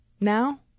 Now